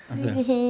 asal